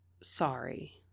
Sorry